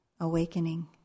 awakening